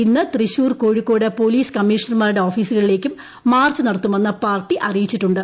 ഇന്ന് തൃശൂർ കോഴിക്കോട് പൊലീസ് കമ്മിഷണർമാരുടെ ഓഫീസുകളിലേക്കും മാർച്ച് നടത്തുമെന്ന് പാർട്ടി അറിയിച്ചിട്ടുണ്ട്